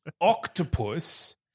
octopus